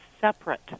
separate